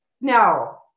Now